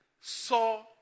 saw